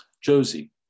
Josie